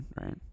right